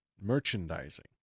merchandising